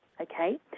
Okay